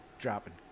dropping